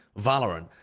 Valorant